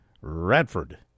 Radford